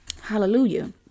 Hallelujah